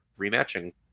rematching